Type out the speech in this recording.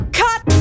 cut